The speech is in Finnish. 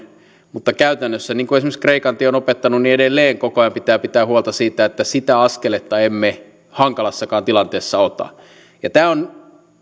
mutta käytännössä niin kuin esimerkiksi kreikan tie on opettanut edelleen koko ajan pitää pitää huolta siitä että sitä askeletta emme hankalassakaan tilanteessa ota tämä on